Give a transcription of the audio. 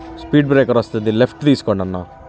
speed breaker వస్తుంది left తీసుకోండి అన్నా